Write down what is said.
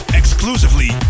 exclusively